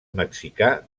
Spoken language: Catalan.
mexicà